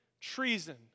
treason